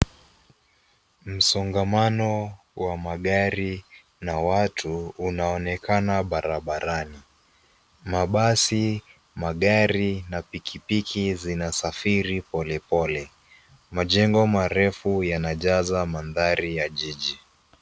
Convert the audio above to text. Msongamano wa magari na watu unaonekana barabarani. Mabasi, magari na pikipiki zinasafiri polepole. Majengo marefu yanajaza mandhari ya jiji.